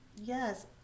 Yes